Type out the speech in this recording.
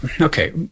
okay